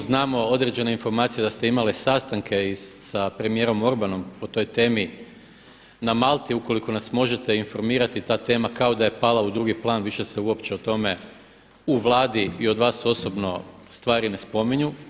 Znamo određene informacije da ste imali sastanke i sa premijerom Orbanom o toj temi na Malti ukoliko nas možete informirati, ta tema kao da je pala u drugi plan, više se o tome uopće u Vladi i vas osobno stvari ne spominju.